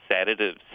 sedatives